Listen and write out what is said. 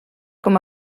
com